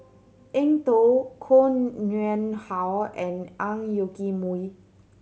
Eng Tow Koh Nguang How and Ang Yoke Mooi